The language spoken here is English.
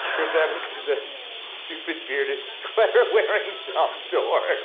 chris evans is a stupid bearded sweater wearing dumb dork.